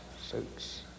suits